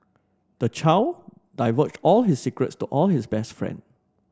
the child divulged all his secrets to all his best friend